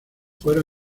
fueron